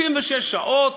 36 שעות,